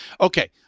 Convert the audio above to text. Okay